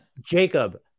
Jacob